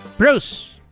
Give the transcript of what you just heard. Bruce